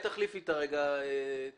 אני